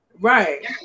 Right